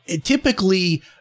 typically